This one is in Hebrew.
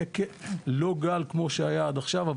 הגל שיהיה לא יהיה כמו שהיה עד עכשיו,